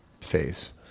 phase